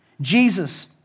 Jesus